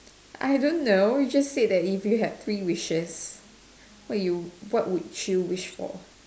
I don't know it just said that if you had three wishes what would you wish for